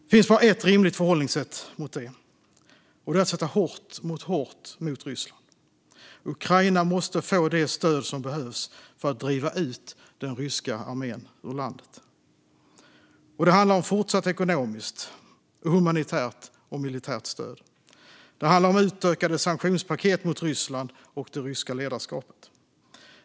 Det finns bara ett rimligt förhållningssätt till detta, och det är att sätta hårt mot hårt mot Ryssland. Ukraina måste få det stöd som behövs för att driva ut den ryska armén ur landet. Det handlar om fortsatt ekonomiskt, humanitärt och militärt stöd. Det handlar om utökade sanktionspaket mot Ryssland och det ryska ledarskapet.